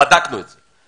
בדקנו את זה.